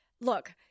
Look